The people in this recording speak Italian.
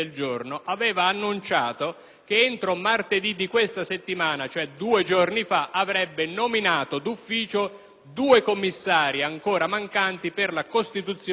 due commissari, ancora mancanti per la costituzione della Commissione di vigilanza RAI. Oggi siamo a giovedì. All'università esiste il quarto d'ora accademico;